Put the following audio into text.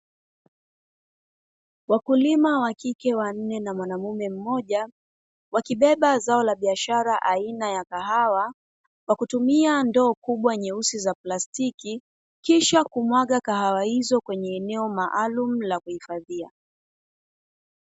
Wakulima wakike wanne na mwanaume mmoja wakibeba zao la biashara aina ya kahawa, kwa kutumia ndoo kubwa nyeusi za plastiki kisha kumwaga kahawa hizo kwenye eneo maalumu la kuhifadhia.